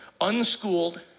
unschooled